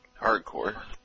hardcore